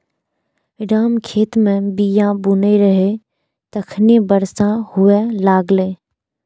राम खेत मे बीया बुनै रहै, तखने बरसा हुअय लागलै